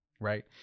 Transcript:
Right